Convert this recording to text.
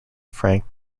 frank